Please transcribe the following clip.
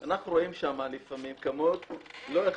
אנחנו רואים שם לפעמים לא אחד,